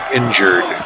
injured